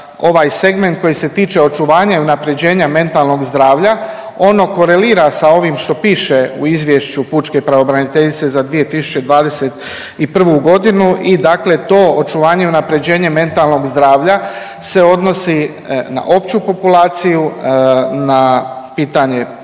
ovaj segment koji se tiče očuvanja i unapređenja mentalnog zdravlja ono korelira sa ovim što piše u izvješću pučke pravobraniteljice za 2021. godinu i dakle to očuvanje i unapređenje mentalnog zdravlja se odnosi na opću populaciju, na pitanje